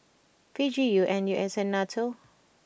P G U N U S and Nato